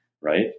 right